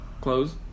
close